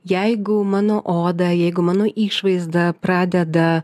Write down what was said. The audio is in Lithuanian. jeigu mano oda jeigu mano išvaizda pradeda